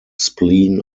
spleen